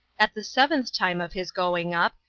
at the seventh time of his going up,